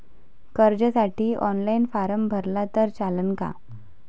कर्जसाठी online form भरला तर चालन का?